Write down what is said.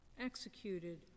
executed